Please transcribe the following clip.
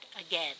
again